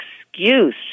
excuse